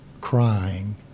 crying